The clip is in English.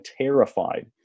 terrified